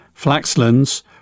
Flaxlands